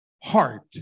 Heart